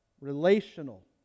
relational